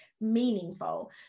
meaningful